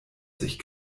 sich